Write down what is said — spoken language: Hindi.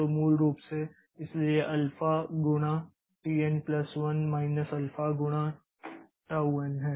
तो मूल रूप से इसलिए यह अल्फा गुणा T N plus 1 minus alpha गुणा टाऊ एन है